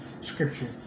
scripture